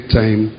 time